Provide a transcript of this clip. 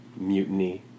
mutiny